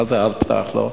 מה זה "את פתח לו"?